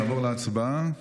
נעבור להצבעה.